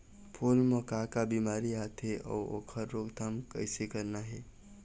फूल म का का बिमारी आथे अउ ओखर रोकथाम कइसे करना हे?